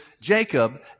Jacob